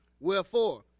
wherefore